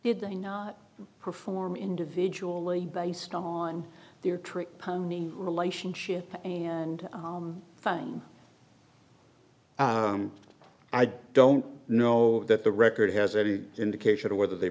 did they not perform individually based on their trick pony relationship and find i don't know that the record has any indication of whether they